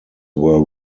were